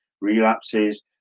relapses